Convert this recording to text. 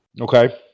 Okay